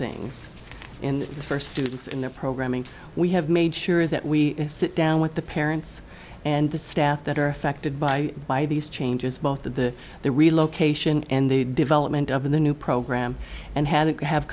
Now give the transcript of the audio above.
things in the first students in their programming we have made sure that we sit down with the parents and the staff that are affected by by these changes both to the relocation and the development of the new program and hadn't have